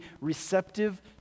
receptive